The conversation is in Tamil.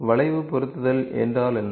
வளைவு பொருத்துதல் என்றால் என்ன